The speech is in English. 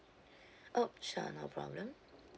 oh sure no problem